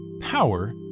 Power